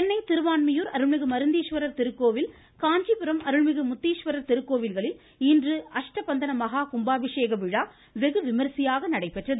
சென்னை திருவான்மியூர் அருள்மிகு மருந்தீஸ்வரர் திருக்கோவில் காஞ்சிபுரம் அருள்மிகு முத்தீஷ்வரர் திருக்கோவில்களில் இன்று அஷ்டபந்தன மஹா கும்பாபிஷேக விழா வெகு விமரிசையாக நடைபெற்றது